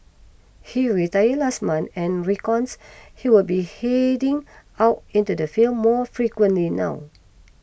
he retired last month and reckons he will be heading out into the field more frequently now